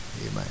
Amen